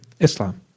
Islam